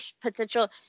potential